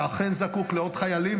שאכן זקוק לעוד חיילים,